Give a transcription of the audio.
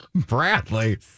Bradley